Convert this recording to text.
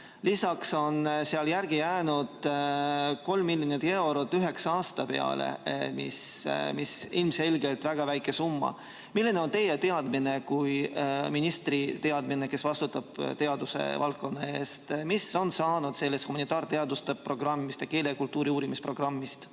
Lisaks on seal järele jäänud 3 miljonit eurot üheksa aasta peale, mis ilmselgelt on väga väike summa. Milline on teie kui selle ministri teadmine, kes vastutab teadusvaldkondade eest, mis on saanud sellest humanitaarteaduste programmist ning keele ja kultuuri uurimise programmist?